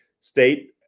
state